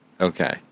Okay